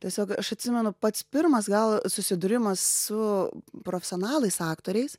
tiesiog aš atsimenu pats pirmas gal susidūrimas su profesionalais aktoriais